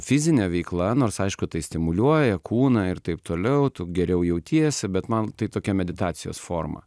fizinė veikla nors aišku tai stimuliuoja kūną ir taip toliau tu geriau jautiesi bet man tai tokia meditacijos forma